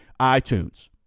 iTunes